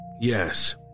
yes